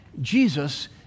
Jesus